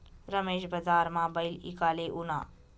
रमेश बजारमा बैल ईकाले ऊना